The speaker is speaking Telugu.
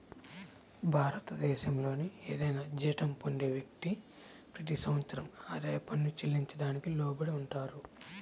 భారతదేశంలోని ఏదైనా జీతం పొందే వ్యక్తి, ప్రతి సంవత్సరం ఆదాయ పన్ను చెల్లించడానికి లోబడి ఉంటారు